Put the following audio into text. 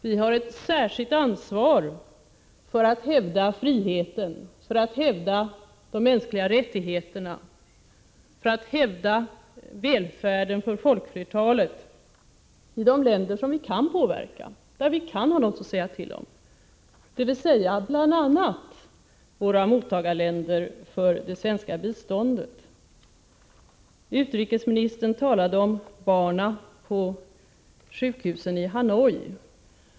Vi har ett särskilt ansvar för att hävda friheten och de mänskliga rättigheterna samt för att hävda välfärd för folkflertalet i de länder som vi kan påverka och där vi kan ha någonting att säga till om, dvs. bl.a. i de länder som tar emot svenskt bistånd. Utrikesministern talade om barn på sjukhusen i Hanoi.